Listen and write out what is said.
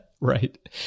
Right